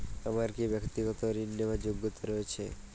আমার কী ব্যাক্তিগত ঋণ নেওয়ার যোগ্যতা রয়েছে?